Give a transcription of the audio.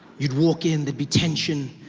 you walk in, there'd be tension.